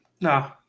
No